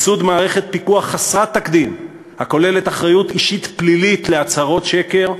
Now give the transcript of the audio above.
ייסוד מערכת פיקוח חסרת תקדים הכוללת אחריות אישית פלילית להצהרות שקר,